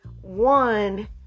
One